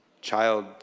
child